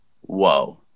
whoa